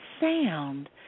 sound